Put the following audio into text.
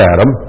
Adam